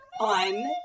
on